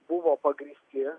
buvo pagrįsti